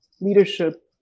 leadership